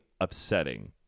upsetting